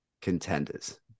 contenders